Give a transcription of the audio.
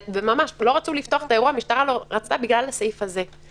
המשטרה לא רצתה לפתוח את האירוע בגלל הסעיף הזה.